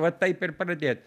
va taip ir pradėt